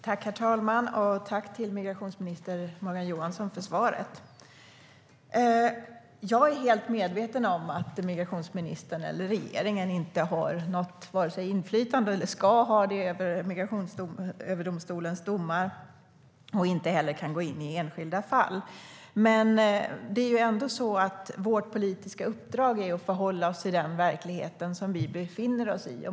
Herr talman! Jag tackar migrationsminister Morgan Johansson för svaret. Jag är fullt medveten om att migrationsministern och regeringen inte har och inte ska ha något inflytande över Migrationsöverdomstolens domar och inte heller kan gå in på enskilda fall. Men det är ändå så att vårt politiska uppdrag är att förhålla oss till den verklighet som vi befinner oss i.